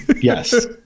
Yes